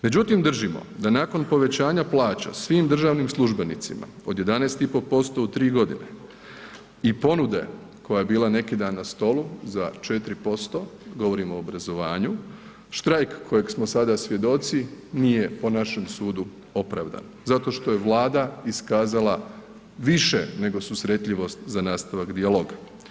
Međutim držimo da nakon povećanja plaća svim državnim službenicima od 11,5% u tri godine i ponude koja je bila neki dan na stolu za 4% govorimo o obrazovanju, štrajk kojeg smo sada svjedoci nije po našem sudu opravdan zato što je Vlada iskazala više nego susretljivost za nastavak dijaloga.